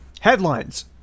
headlines